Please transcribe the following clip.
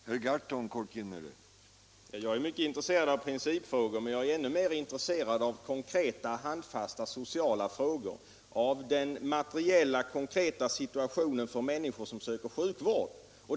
Herr talman! Jag är mycket intresserad av principfrågor men ännu mer intresserad av konkreta, handfasta sociala frågor och av den materiella, konkreta situationen för människor som söker sjukvård.